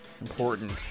Important